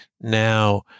now